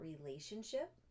relationship